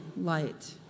light